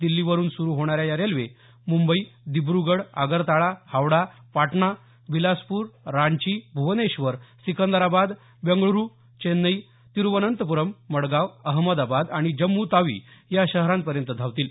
दिल्लीवरून सुरू होणाऱ्या या रेल्वे मुंबई दिब्रगड आगरताळा हावडा पाटणा बिलासपूर रांची भुवनेश्वर सिकंदराबाद बेंगलुरू चेन्नई तिरूवनंतपूरम् मडगाव अहमदाबाद आणि जम्मू तावी या शहरांपर्यंत धावतील